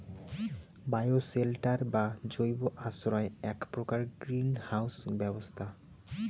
bioshelter বা জৈব আশ্রয় এ্যাক প্রকার গ্রীন হাউস ব্যবস্থা